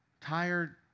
tired